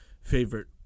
favorite